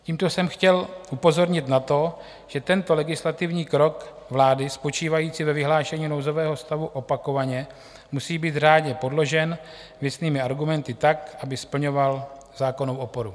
Tímto jsem chtěl upozornit na to, že tento legislativní krok vlády spočívající ve vyhlášení nouzového stavu opakovaně musí být řádně podložen věcnými argumenty tak, aby splňoval zákonnou oporu.